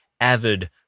Avid